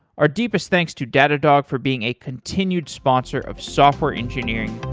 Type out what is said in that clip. our deepest thanks to datadog for being a continued sponsor of software engineering